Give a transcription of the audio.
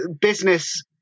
business